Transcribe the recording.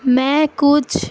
میں کچھ